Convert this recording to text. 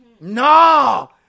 No